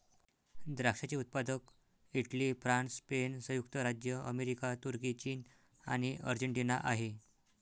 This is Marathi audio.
द्राक्षाचे उत्पादक इटली, फ्रान्स, स्पेन, संयुक्त राज्य अमेरिका, तुर्की, चीन आणि अर्जेंटिना आहे